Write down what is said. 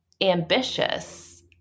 ambitious